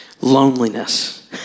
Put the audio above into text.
Loneliness